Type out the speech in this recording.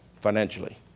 financially